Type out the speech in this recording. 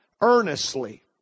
earnestly